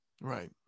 Right